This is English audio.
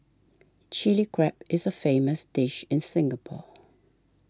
Chilli Crab is a famous dish in Singapore